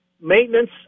maintenance